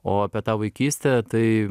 o apie tą vaikystę tai